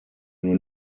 nur